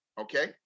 Okay